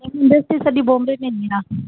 industry सॼी बॉम्बे में ईंदी आहे